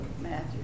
Matthew